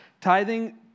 Tithing